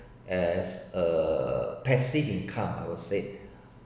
as a passive income I would said